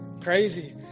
Crazy